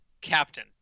captain